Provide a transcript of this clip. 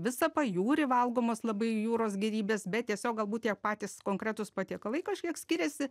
visą pajūrį valgomos labai jūros gėrybės bet tiesiog galbūt tie patys konkretūs patiekalai kažkiek skiriasi